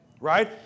Right